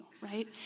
right